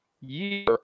year